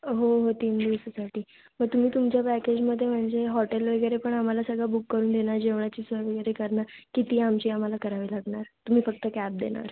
हो हो तीन दिवसासाठी मग तुम्ही तुमच्या पॅकेजमध्ये म्हणजे हॉटेल वगैरे पण आम्हाला सगळं बुक करून देणार जेवायची सोय वगैरे करणार की ती आमची आम्हाला करावी लागणार तुम्ही फक्त कॅब देणार